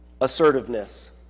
assertiveness